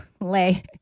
lay